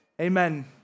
Amen